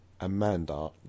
Amanda